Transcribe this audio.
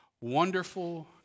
Wonderful